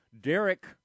Derek